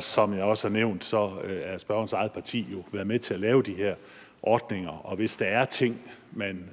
Som jeg også har nævnt, har spørgerens eget parti jo været med til at lave de her ordninger, og hvis der er ting, man